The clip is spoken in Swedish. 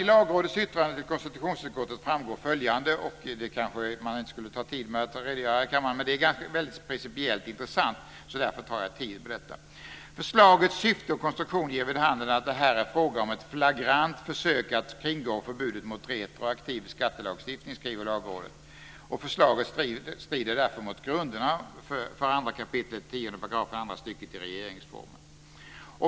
I Lagrådets yttrande till konstitutionsutskottet framgår följande - man kanske inte borde ta upp tid med att redogöra för detta här i kammaren, men det är principiellt intressant så därför tar jag mig tid för detta: Förslagets syfte och konstruktion ger vid handen att det här är fråga om ett flagrant försök att kringgå förbudet mot retroaktiv skattelagstiftning. Så skriver Lagrådet. Förslaget strider därför mot grunderna för 2 kap. 10 § andra stycket i regeringsformen.